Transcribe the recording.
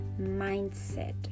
mindset